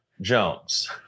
Jones